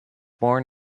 born